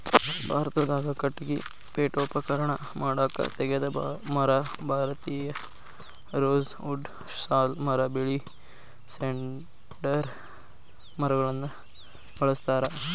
ಭಾರತದಾಗ ಕಟಗಿ ಪೇಠೋಪಕರಣ ಮಾಡಾಕ ತೇಗದ ಮರ, ಭಾರತೇಯ ರೋಸ್ ವುಡ್ ಸಾಲ್ ಮರ ಬೇಳಿ ಸೇಡರ್ ಮರಗಳನ್ನ ಬಳಸ್ತಾರ